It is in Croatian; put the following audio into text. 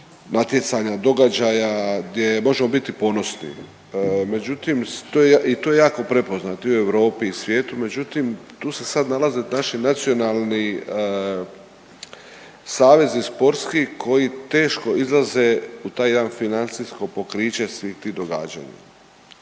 natjecanja, događaja gdje možemo biti ponosni. Međutim to je jako prepoznato i u Europi i svijetu, međutim tu se sad nalaze naši nacionalni savezi sportski koji teško izlaze u taj jedan financijsko pokriće svih tih događanja,